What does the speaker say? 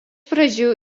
pradžių